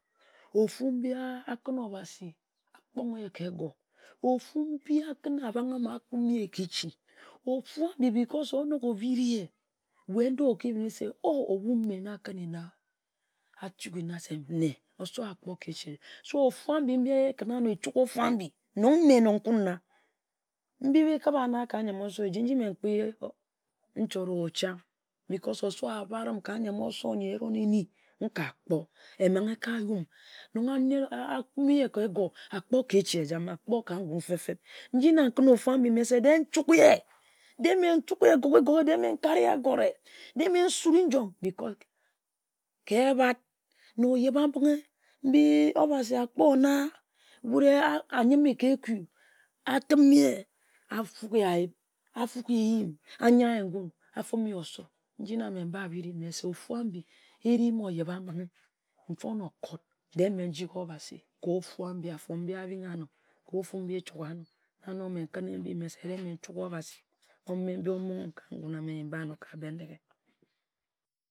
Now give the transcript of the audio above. Ofu mbi akǝn Obasi akpong eyeh ka egor, ofu mbi a kǝnne abanghe akpong eyeh ka echi, because ofu ambi onok obiri ye, we ndoo okibiri se o, obu mme na akǝnne na a chukghi na mme nne asowo akpor ka echi erreh so ofu am bi ekǝn-na nor echugha ofu ambi nong me yor nkuna mbi mbi keb-ba-na ka nyiam oso, eji mme nkpi nchot-o chang. Because osowo abat-ram ka nyiam-oso-ehron-ehni, nka kpor emmanghe eka yum nong a kunmi ye ka egore, akpor ka echi ejama, akpor ka ngun feb-feb nji na nkǝn ofu-ambi mme se de-e nchukgine. De-e mme nchukgihe gog-ge-gog-eh, de-e mme nkari ye agore, ka ehbat, na oyeba-mbinghe mbi Obasi akpor na wut eyeeh, ayim-me ka eui, atim-eyeh, afork-giye ayib, ayim-eye eyim, afuk ye oson nji na me mba biri mese ofu-ambi eriem oyeba-mbinghe, mfon okot de-e mme njigi Obasi ka ofu mbi abingha nor, ka ofu mbi echuk gaha nor, na nong mme nkǝnne mbi nkub Obasi mbi omong-am ka ngun ameh nyi mba-ano ka Bendeghe.